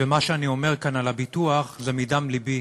ומה שאני אומר כאן על הביטוח זה מדם לבי,